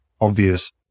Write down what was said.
obvious